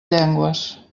llengües